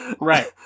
Right